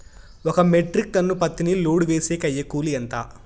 ఒక metric ton పత్తిని load వేసేకి అయ్యే కూలి ఎంత?